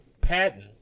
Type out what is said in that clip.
patent